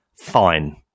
Fine